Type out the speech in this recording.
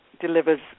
delivers